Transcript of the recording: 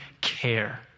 care